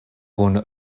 kun